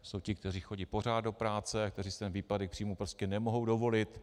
To jsou ti, kteří chodí pořád do práce a kteří si ten výpadek příjmů prostě nemohou dovolit.